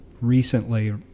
recently